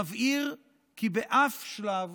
נבהיר כי בשום שלב